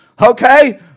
okay